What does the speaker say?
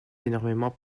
énormément